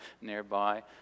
nearby